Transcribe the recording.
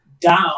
down